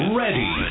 ready